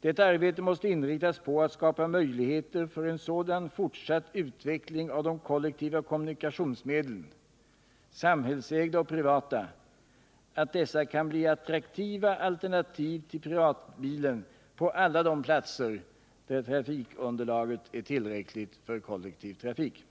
Detta arbete måste inriktas på att skapa möjligheter för en sådan fortsatt utveckling av de kollektiva kommunikationsmedlen — samhällsägda och privata — att dessa kan bli attraktiva alternativ till privatbilen på alla de platser där trafikunderlaget är tillräckligt för kollektiv trafik.